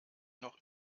noch